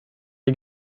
les